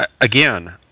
Again